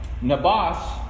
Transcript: nabas